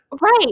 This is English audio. Right